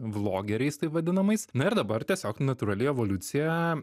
vlogeriais taip vadinamais na ir dabar tiesiog natūrali evoliucija